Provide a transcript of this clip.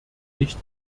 nicht